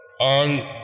on